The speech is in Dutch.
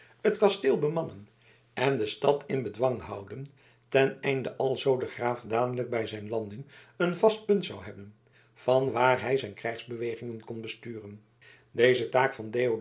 het kasteel bemannen en de stad in bedwang houden ten einde alzoo de graaf dadelijk bij zijn landing een vast punt zou hebben van waar hij zijn krijgsbewegingen kon besturen deze taak van